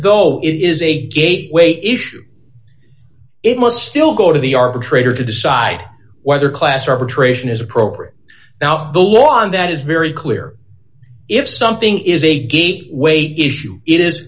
though it is a gateway issue it must still go to the arbitrator to decide whether class arbitration is appropriate now the law and that is very clear if something is a gate weight issue i